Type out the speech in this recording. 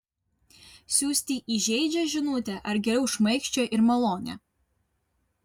siųsti įžeidžią žinutę ar geriau šmaikščią ir malonią